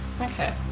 Okay